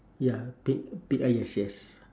ya pink pink ah yes yes